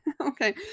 Okay